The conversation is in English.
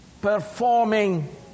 performing